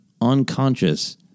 unconscious